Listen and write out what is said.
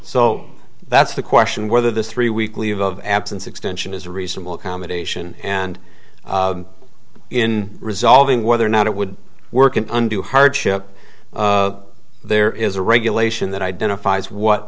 so that's the question whether this three week leave of absence extension is a reasonable accommodation and in resolving whether or not it would work in undue hardship there is a regulation that identifies what